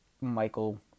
Michael